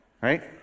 Right